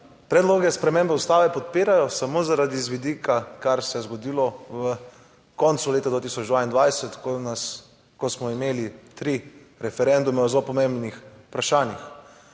predloge spremembe Ustave podpirajo samo zaradi z vidika, kar se je zgodilo v koncu leta 2022, ko nas, ko smo imeli tri referendume o zelo pomembnih vprašanjih.